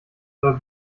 soll